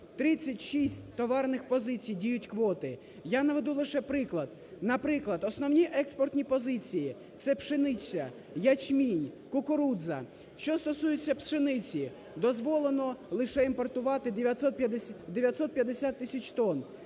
36 товарних позицій діють квоти, я наведу лише приклад. Наприклад, основні експортні позиції: це пшениця, ячмінь, кукурудза. Що стосується пшениці, дозволено лише імпортувати 950 тисяч тонн,